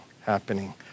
happening